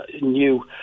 new